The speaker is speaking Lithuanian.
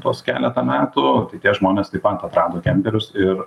tuos keletą metų tie žmonės taip pat atrado kemperius ir